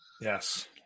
Yes